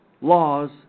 laws